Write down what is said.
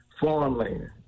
farmland